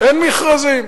אין מכרזים.